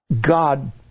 God